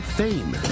fame